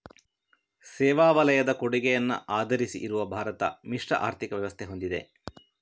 ಸೇವಾ ವಲಯದ ಕೊಡುಗೆಯನ್ನ ಆಧರಿಸಿ ಇರುವ ಭಾರತ ಮಿಶ್ರ ಆರ್ಥಿಕ ವ್ಯವಸ್ಥೆ ಹೊಂದಿದೆ